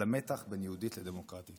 על המתח בין יהודית ודמוקרטית: